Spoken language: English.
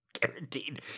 guaranteed